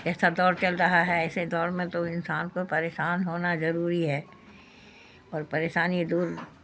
ایسا دور چل رہا ہے ایسے دور میں تو انسان کو پریشان ہونا ضروری ہے اور پریشانی دور